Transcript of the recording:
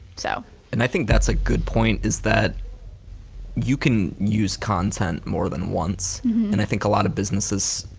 so and i think that's a good point is that you can use content more than once and i think a lot of businesses,